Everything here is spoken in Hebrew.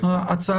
הצבעה